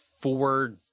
four